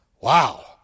Wow